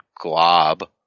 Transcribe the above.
Glob